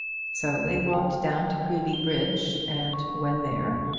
so they walked down to creevy bridge, and, when there,